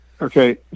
Okay